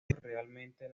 realmente